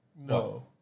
No